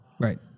Right